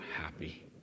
happy